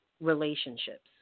relationships